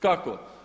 Kako?